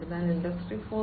അതിനാൽ ഇൻഡസ്ട്രി 4